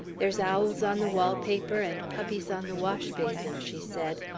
there's owls on the wall paper and puppies on the washbasin, she said.